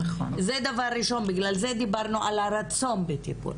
בגלל זה דיברנו על הרצון בטיפול.